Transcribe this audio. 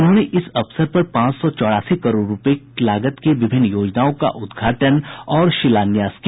उन्होंने इस अवसर पर पांच सौ चौरासी करोड़ रूपये लागत की विभिन्न योजनाओं का उद्घाटन और शिलान्यास किया